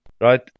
right